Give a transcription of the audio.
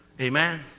Amen